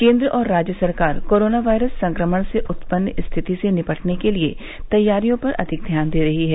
केन्द्र और राज्य सरकार कोरोना वायरस संक्रमण से उत्पन्न स्थिति से निपटने के लिए तैयारियों पर अधिक ध्यान दे रही हैं